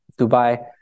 Dubai